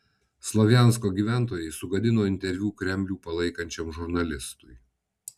slovjansko gyventojai sugadino interviu kremlių palaikančiam žurnalistui